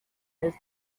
his